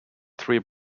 three